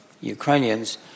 Ukrainians